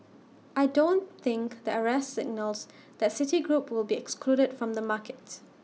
I don't think the arrest signals that city group will be excluded from the markets